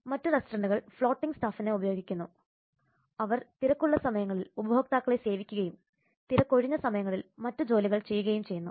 മറ്റ് റെസ്റ്റോറന്റുകൾ ഫ്ലോട്ടിംഗ് സ്റ്റാഫിനെ ഉപയോഗിക്കുന്നു അവർ തിരക്കുള്ള സമയങ്ങളിൽ ഉപഭോക്താക്കളെ സേവിക്കുകയും തിരക്കൊഴിഞ്ഞ സമയങ്ങളിൽ മറ്റ് ജോലികൾ ചെയ്യുകയും ചെയ്യുന്നു